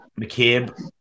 McCabe